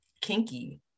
kinky